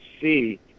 see